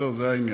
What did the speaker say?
זה העניין.